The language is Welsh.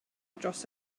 dros